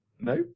No